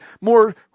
more